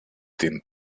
den